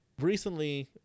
recently